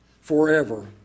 forever